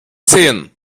sähen